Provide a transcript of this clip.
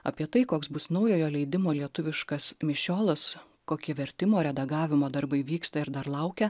apie tai koks bus naujojo leidimo lietuviškas mišiolas kokie vertimo redagavimo darbai vyksta ir dar laukia